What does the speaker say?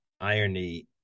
irony